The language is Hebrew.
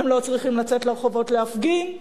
הם לא צריכים לצאת לרחובות להפגין,